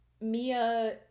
Mia